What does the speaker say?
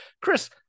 Chris